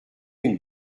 une